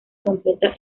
completa